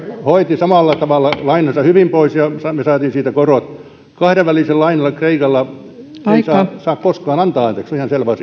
hoiti samalla tavalla lainansa hyvin pois ja me saimme siitä korot kahdenvälistä lainaa kreikalle ei saa koskaan antaa anteeksi